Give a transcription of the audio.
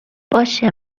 باشه